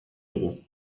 dugu